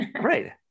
right